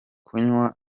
kunywa